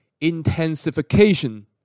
intensification